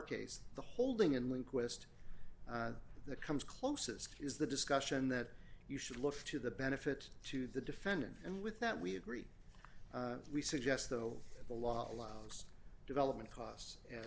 case the holding in lindquist that comes closest is the discussion that you should look to the benefit to the defendant and with that we agree we suggest though the law allows us development costs a